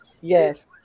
yes